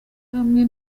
hamwe